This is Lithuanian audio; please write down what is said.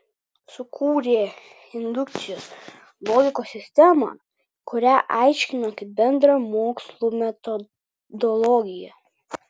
sukūrė indukcijos logikos sistemą kurią aiškino kaip bendrą mokslų metodologiją